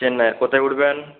চেন্নাইয়ের কোথায় উঠবেন